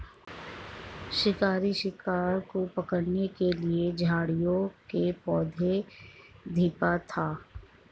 शिकारी शिकार को पकड़ने के लिए झाड़ियों के पीछे छिपा था